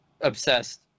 obsessed